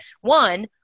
one